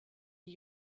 die